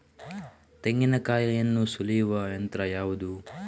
ತೆಂಗಿನಕಾಯಿಯನ್ನು ಸುಲಿಯುವ ಯಂತ್ರ ಯಾವುದು?